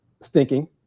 stinking